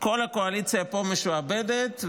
כל הקואליציה פה משועבדת,